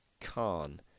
Khan